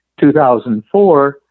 2004